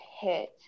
hit